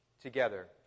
together